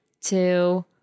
Two